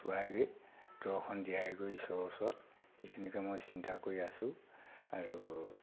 চোৱায়গৈ দৰ্শন দিয়ায়গৈ ঈশ্বৰৰ ওচৰত সেইখিনিকে মই চিন্তা কৰি আছোঁ আৰু